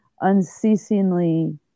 unceasingly